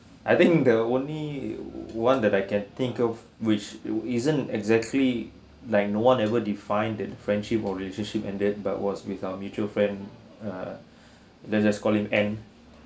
I think the only one that I can think of which you isn't exactly like no one ever defined the friendship or relationship ended but was with our mutual friend ah let's just call him ann